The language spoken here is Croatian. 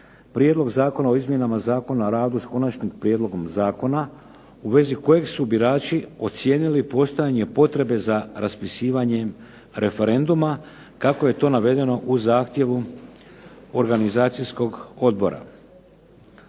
Prijedlog zakona o izmjenama Zakona o radu s Konačnim prijedlogom zakona u vezi kojeg su birači ocijenili postojanje potrebe za raspisivanjem referenduma kako je to navedeno u zahtjevu Organizacijskog odbora.